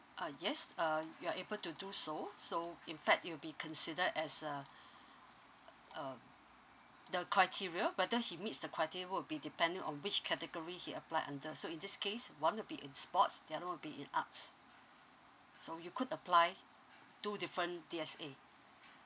ah yes uh you are able to do so so in fact it'll be considered as a um the criteria whether he meets the criteria will be depending on which category he apply under so in this case one will be in sports the other one will be in arts so you could apply two different D_S_A